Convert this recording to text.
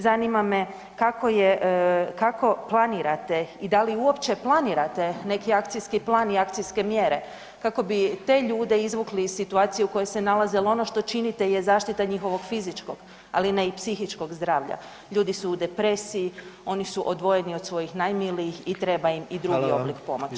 Zanima me kako planirate i da li uopće planirate neki akcijski plan i akcijske mjere kako bi te ljude izvukli iz situacije u kojoj se nalaze jel ono što činite je zaštita njihovog fizičkog, ali ne i psihičkog zdravlja, ljudi su u depresiji, oni su odvojeni od svojih najmilijih i treba im i drugi [[Upadica: Hvala vam]] oblik pomoći.